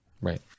right